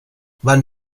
wann